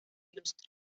ilustre